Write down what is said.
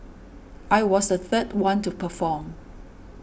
I was the third one to perform